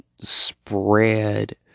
spread